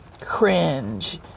cringe